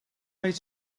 made